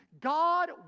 God